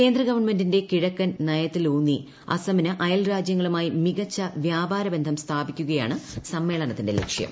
കേന്ദ്രഗവൺമെന്റിന്റെ കിഴക്കൻ നയത്തിലൂന്നി അസമിന് അയൽരാജ്യങ്ങളുമായി മികച്ച വ്യാപാര ബന്ധം സ്ഥാപിക്കുകയാണ് സമ്മേളനത്തിന്റെ ലക്ഷ്യം